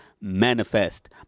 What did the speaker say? manifest